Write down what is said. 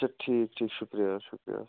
اَچھا ٹھیٖک ٹھیٖک شُکریہ شُکریہ حظ